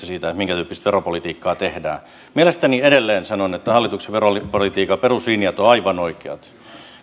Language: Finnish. siitä minkä tyyppistä veropolitiikkaa tehdään edelleen sanon että mielestäni hallituksen veropolitiikan peruslinjat ovat aivan oikeat